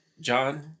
John